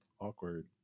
Awkward